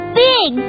big